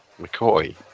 McCoy